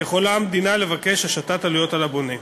יכולה המדינה לבקש השתת עלויות על הבונה.